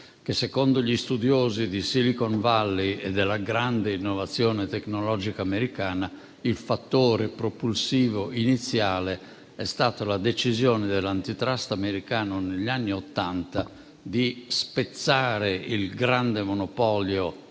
che, secondo gli studiosi della Silicon Valley e della grande innovazione tecnologica americana, il fattore propulsivo iniziale è stata la decisione dell'*Antitrust* americana, negli anni Ottanta, di spezzare il grande monopolio